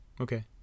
Okay